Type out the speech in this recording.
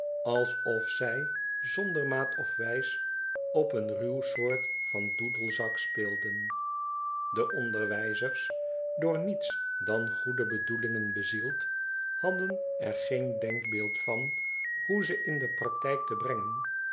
alsof zij zonder maat of wijs op een ruw soort van doedelzak speelden de onderwijzers door niets dan goede bedoelingen bezield hadden er geen denkbeeld van hoe ze in practijk te brengen